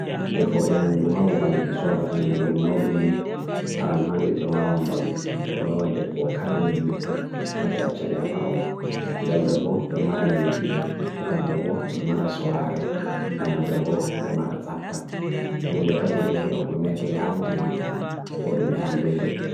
Defo be nyamndu habo bali beswa datana nyamndu naulumni aran handi bewa awan baadu, lewa wa defo go kala nyamndu paat tabi achabia ba'o. Didabrebo be mara nedi, tatabrebo be mara sorare, naya berebo be mara zaptak. Muge tati doh yaw kone to be haute ni kodume handi de.